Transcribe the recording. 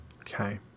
Okay